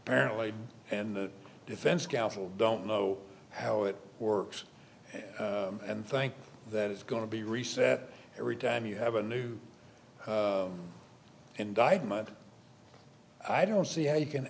paranoid and the defense counsel don't know how it works and think that it's going to be reset every time you have a new indictment i don't see how you can